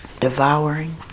devouring